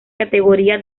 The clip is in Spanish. categoría